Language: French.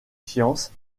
sciences